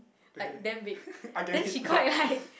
okay I get it ya